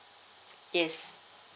yes